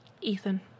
Ethan